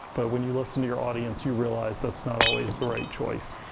but when you listen to your audience you realize that's not always the right choice.